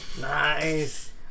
Nice